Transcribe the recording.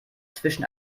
zwischen